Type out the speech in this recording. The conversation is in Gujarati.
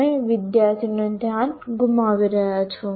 તમે વિદ્યાર્થીનું ધ્યાન ગુમાવી રહ્યા છો